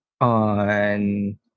on